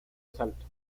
asalto